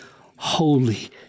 holy